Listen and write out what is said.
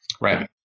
Right